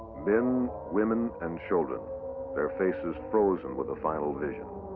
men, women and children their faces frozen with the final vision.